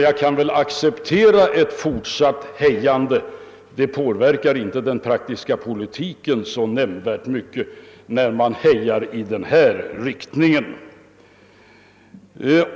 Jag kan därför acceptera ett fortsatt påhejande. Det påverkar inte nämnvärt den praktiska politiken, när man hejar i den riktningen.